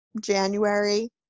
January